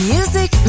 Music